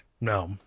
No